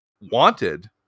wanted